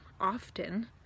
often